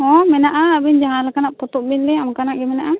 ᱦᱮᱸ ᱢᱮᱱᱟᱜᱼᱟ ᱟᱵᱤᱱ ᱡᱟᱦᱟᱸ ᱞᱮᱠᱟᱱᱟᱜ ᱯᱚᱛᱚᱵ ᱵᱮᱱ ᱞᱟᱹᱭᱟ ᱚᱱᱠᱟᱱᱟᱜ ᱜᱮ ᱢᱮᱱᱟᱜᱼᱟ